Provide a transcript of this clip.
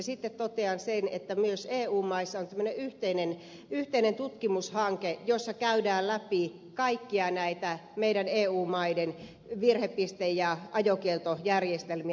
sitten totean sen että myös eu maissa on tämmöinen yhteinen tutkimushanke jossa käydään läpi kaikkia näitä meidän eu maidemme virhepiste ja ajokieltojärjestelmiä